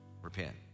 repent